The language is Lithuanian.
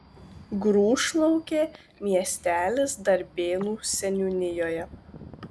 grūšlaukė miestelis darbėnų seniūnijoje